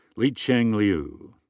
licheng liu.